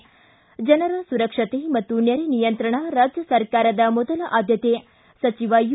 ಿ ಜನರ ಸುರಕ್ಷತೆ ಮತ್ತು ನೆರೆ ನಿಯಂತ್ರಣ ರಾಜ್ಯ ಸರ್ಕಾರದ ಮೊದಲ ಆದ್ದತೆ ಸಚಿವ ಯು